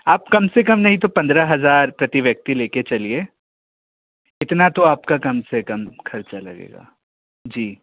आप कम से कम नहीं तो पंद्रह हज़ार प्रति व्यक्ति लेके चलिए इतना तो आपका कम से कम खर्चा लगेगा जी